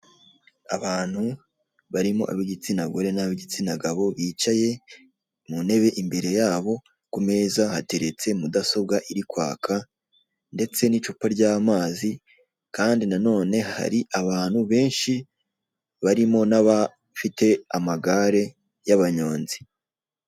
Abantu barimo ab'igitsina gore n'ab'igitsina gabo bicaye mu ntebe imbere yabo ku meza hateretse mudasobwa iri kwaka, ndetse n'icupa ry'amazi kandi nanone hari abantu benshi barimo n'abafite amagare y'abanyonzi.